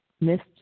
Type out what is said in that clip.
missed